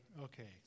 okay